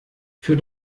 für